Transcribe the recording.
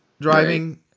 driving